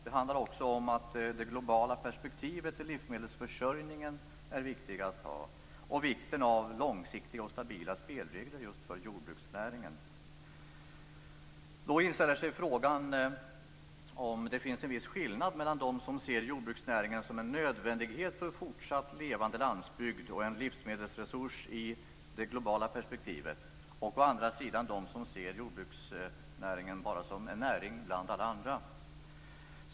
Det handlar också om att det globala perspektivet är viktigt för livsmedelsförsörjningen och om att det är väsentligt att ha långsiktiga och stabila spelregler för jordbruksnäringen. Då inställer sig frågan om det finns en viss skillnad mellan å ena sidan dem som ser jordbruksnäringen som en nödvändighet för en fortsatt levande landsbygd och en livsmedelsresurs i det globala perspektivet, å andra sidan dem som ser jordbruksnäringen bara som en näring bland alla andra.